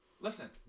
listen